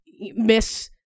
Miss